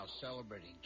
celebrating